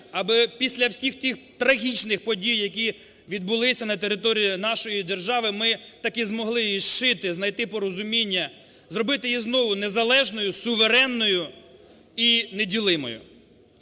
аби після всіх тих трагічних подій, які відбулися на території нашої держави, ми таки змогли її зшити, знайти порозуміння зробити її знову незалежною, суверенною і неділимою.